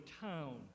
town